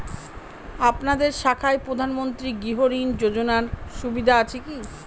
আপনাদের শাখায় প্রধানমন্ত্রী গৃহ ঋণ যোজনার সুবিধা আছে কি?